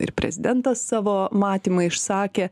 ir prezidentas savo matymą išsakė